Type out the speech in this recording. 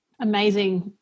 Amazing